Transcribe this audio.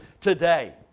today